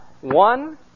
One